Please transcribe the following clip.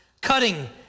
cutting